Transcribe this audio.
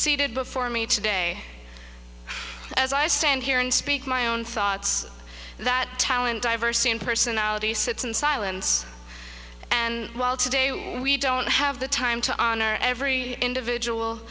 seated before me today as i stand here and speak my own thoughts that talent diversity and personality sits in silence and while today we don't have the time to honor every individual